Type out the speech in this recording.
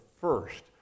first